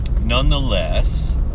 nonetheless